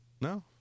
No